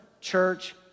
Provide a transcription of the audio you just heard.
church